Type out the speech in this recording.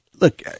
look